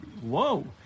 whoa